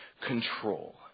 control